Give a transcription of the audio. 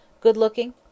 Good-looking